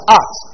art